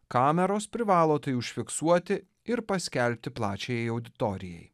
kameros privalo tai užfiksuoti ir paskelbti plačiajai auditorijai